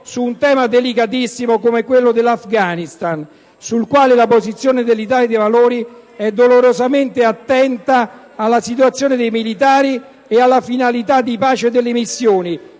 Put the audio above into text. su un tema delicatissimo come quello dell'Afghanistan, sul quale la posizione dell'Italia dei Valori è dolorosamente attenta alla situazione dei militari e alle finalità di pace delle missioni,